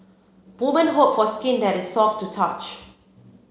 women hope for skin that is soft to the touch